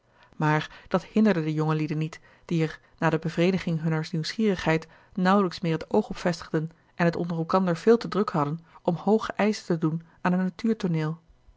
maar dat hinderde de jongelieden niet die er na de bevrediging hunner nieuwsgierigheid nauwelijks meer het oog op vestigden en het onder elkander veel te druk hadden om hooge eischen te doen aan een